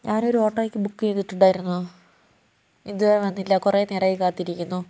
ഞാൻ ഒരു ഓട്ടോയ്ക്ക് ബുക്ക് ചെയ്തിട്ടുണ്ടായിരുന്നു ഇതുവരെ വന്നില്ല കുറേ നേരമായി കാത്തിരിക്കുന്നു